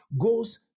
goes